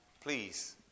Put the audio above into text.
please